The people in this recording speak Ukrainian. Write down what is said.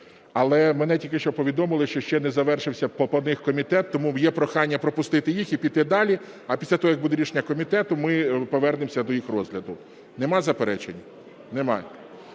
але мене тільки що повідомили, що ще не завершився по них комітет. Тому є прохання пропустити їх і піти далі, а після того, як буде рішення комітету, ми повернемося до їх розгляду. Нема заперечень? Нема.